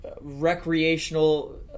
recreational